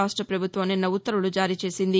రాక్ష పభుత్వం నిన్న ఉత్తర్వులు జారీచేసింది